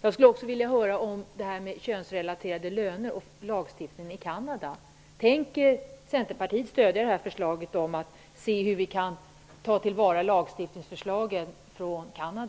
Jag skulle också vilja höra litet grand om detta med könsrelaterade löner och lagstiftningen i Canada. Tänker Centerpartiet stödja förslaget som innebär att vi skall se hur vi i Sverige kan ta till vara lagstiftningen i Canada?